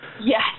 Yes